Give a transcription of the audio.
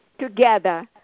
together